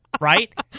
Right